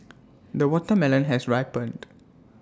the watermelon has ripened